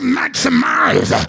maximize